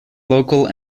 local